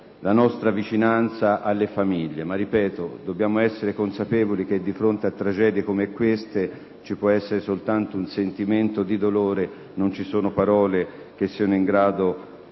la nostra vicinanza alle famiglie. Ma - ripeto - dobbiamo essere consapevoli che di fronte a simili tragedie ci può essere soltanto un sentimento di dolore, e non ci sono parole in grado